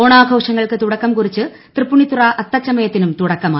ഓണാഘോഷങ്ങൾക്ക് തുടക്കം കുറിച്ച് തൃപ്പൂണിത്തുറ അത്തച്ചമയത്തിനും തുടക്കമായി